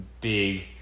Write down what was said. big